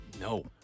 No